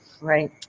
Right